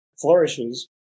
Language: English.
flourishes